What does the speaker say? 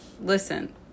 listen